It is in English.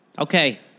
Okay